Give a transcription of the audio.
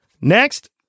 Next